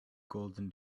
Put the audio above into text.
golden